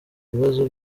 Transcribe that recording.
ibibazo